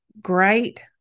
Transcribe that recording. great